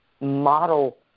model